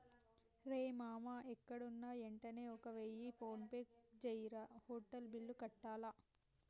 రేయ్ మామా ఎక్కడున్నా యెంటనే ఒక వెయ్య ఫోన్పే జెయ్యిరా, హోటల్ బిల్లు కట్టాల